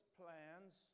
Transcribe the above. plans